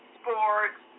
sports